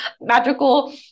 magical